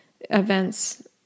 events